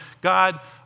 God